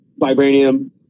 Vibranium